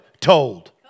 told